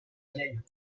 veille